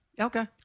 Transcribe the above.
Okay